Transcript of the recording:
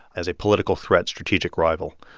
as a political threat, strategic rival.